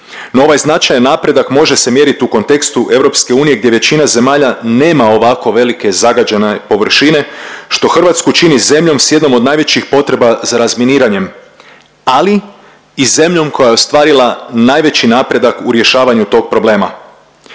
No, ovaj značajan napredak može se mjeriti u kontekstu EU gdje većina zemalja nema ovako velike zagađene površine što Hrvatsku čini zemljom s jednom od najvećih potreba za razminiranjem, ali i zemljom koja je ostvarila najveći napredak u rješavanju tog problema.